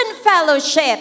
Fellowship